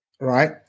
right